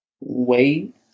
wait